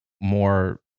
more